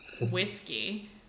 whiskey